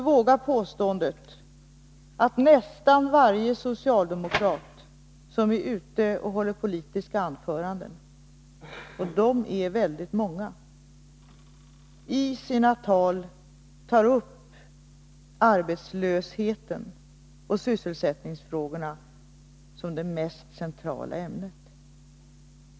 Jag vågar påståendet att nästan varje socialdemokrat som är ute i landet och håller politiska anföranden — och de är väldigt många — i sina tal tar upp arbetslösheten och sysselsättningsfrågorna som det mest centrala ämnet.